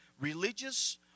religious